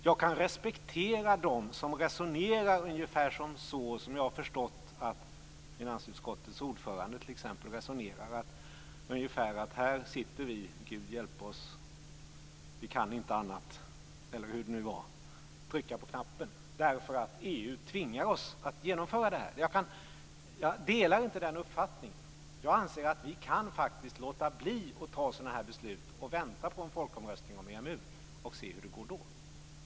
Jag kan respektera dem som resonerar ungefär så som jag har förstått att t.ex. finansutskottets ordförande resonerar, nämligen att här sitter vi, Gud hjälpe oss, och kan inte annat än trycka på knappen, därför att EU tvingar oss att genomföra detta. Jag delar inte den uppfattningen. Jag anser att vi faktiskt kan låta bli att fatta sådana här beslut och i stället vänta på en folkomröstning om EMU för att se hur det går då.